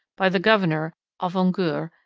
by the governor avaugour,